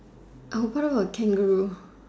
what about kangaroo